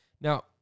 Now